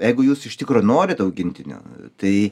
jeigu jūs iš tikro norit augintinio tai